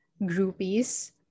groupies